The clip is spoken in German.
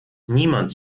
niemand